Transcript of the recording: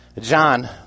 John